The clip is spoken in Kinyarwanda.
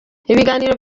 ibiganiro